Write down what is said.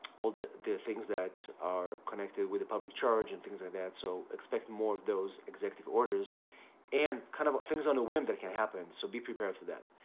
all the the things that are connected with the public charge, and things like that. so, expect more of those executive orders and kind of things on a whim that can happen, so be prepared for that.